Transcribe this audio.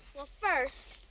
well, first